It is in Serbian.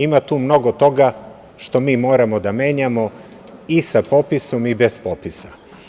Ima tu mnogo toga što mi moramo da menjamo i sa popisom i bez popisa.